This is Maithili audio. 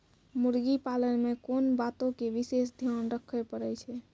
मुर्गी पालन मे कोंन बातो के विशेष ध्यान रखे पड़ै छै?